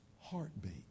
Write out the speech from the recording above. heartbeat